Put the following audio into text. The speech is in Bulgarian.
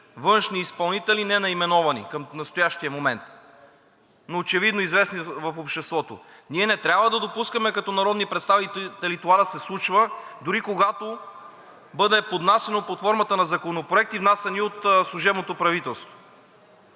външни изпълнители – ненаименувани към настоящия момент, но очевидно известни в обществото. Ние не трябва да допускаме като народни представители това да се случва дори когато бъде поднасяно под формата на законопроекти, внасяни от служебното правителство,